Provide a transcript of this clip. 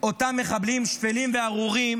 אותם מחבלים שפלים וארורים